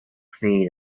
feet